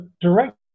direct